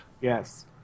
Yes